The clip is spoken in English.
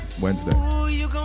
Wednesday